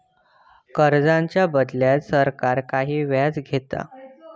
कर्जाच्या बदल्यात सरकार काही व्याज घेता